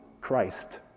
Christ